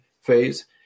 phase